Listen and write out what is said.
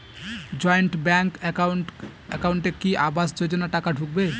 Joint bank একাউন্টে কি আবাস যোজনা টাকা ঢুকবে?